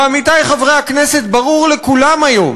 עמיתי חברי הכנסת, ברור לכולם היום